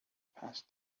passed